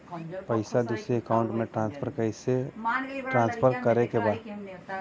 पैसा दूसरे अकाउंट में ट्रांसफर करें के बा?